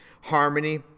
harmony